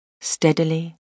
steadily